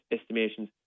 estimations